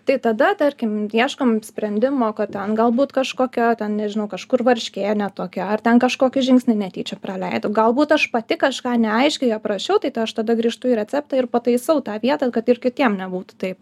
tai tada tarkim ieškom sprendimo kad ten galbūt kažkokio ten nežinau kažkur varškė ne tokia ar ten kažkokį žingsnį netyčia praleidau galbūt aš pati kažką neaiškiai aprašiau tai aš tada grįžtu į receptą ir pataisau tą vietą kad ir kitiem nebūtų taip